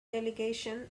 delegation